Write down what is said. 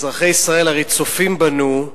אזרחי ישראל הרי צופים בנו.